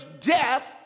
death